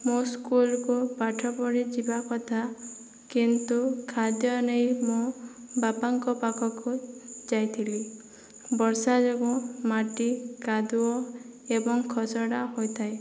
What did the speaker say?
ମୁଁ ସ୍କୁଲକୁ ପାଠ ପଢ଼ିଯିବା କଥା କିନ୍ତୁ ଖାଦ୍ୟ ନେଇ ମୁଁ ବାପାଙ୍କ ପାଖକୁ ଯାଇଥିଲି ବର୍ଷା ଯୋଗୁଁ ମାଟି କାଦୁଅ ଏବଂ ଖସଡ଼ା ହୋଇଥାଏ